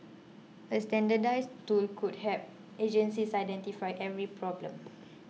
a standardised tool could help agencies identify every problem